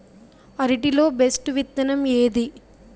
అరటి లో బెస్టు విత్తనం ఏది?